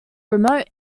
remote